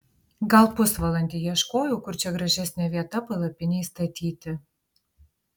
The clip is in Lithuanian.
gal pusvalandį ieškojau kur čia gražesnė vieta palapinei statyti